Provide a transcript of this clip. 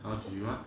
how do you what